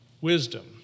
Wisdom